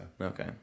Okay